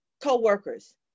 co-workers